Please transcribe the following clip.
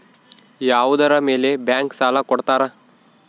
ಯಾವುದರ ಮೇಲೆ ಬ್ಯಾಂಕ್ ಸಾಲ ಕೊಡ್ತಾರ?